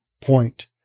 point